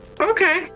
okay